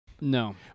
No